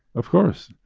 of course.